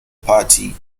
party